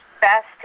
best